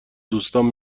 دوستام